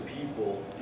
people